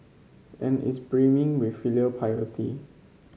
and is brimming with filial piety